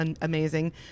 amazing